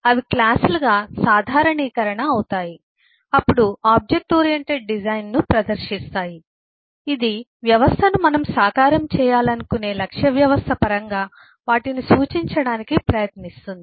అవి క్లాస్ లుగా సాధారణీకరణ అవుతాయి అప్పుడు ఆబ్జెక్ట్ ఓరియెంటెడ్ డిజైన్ను ప్రదర్శిస్తాయి ఇది వ్యవస్థను మనం సాకారం చేయాలనుకునే లక్ష్య వ్యవస్థ పరంగా వాటిని సూచించడానికి ప్రయత్నిస్తుంది